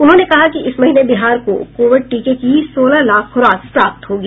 उन्होंने कहा कि इस महीने बिहार को कोविड टीके की सोलह लाख खुराक प्राप्त होगी